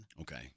Okay